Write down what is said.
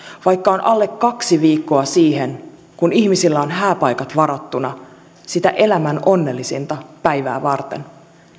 vaikka on alle kaksi viikkoa siihen kun ihmisillä on hääpaikat varattuna sitä elämän onnellisinta päivää varten